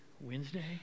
Wednesday